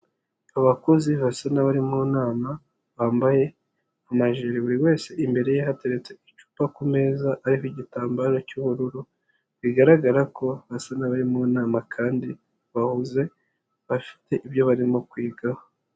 Abakozi basa n'abari mu nama bambaye amajiri, buri wese imbere ye hateretse icupa ku meza ariho igitambaro cy'ubururu bigaragara ko basa n'abari mu nama kandi bahuze bafite ibyo barimo kwigaho.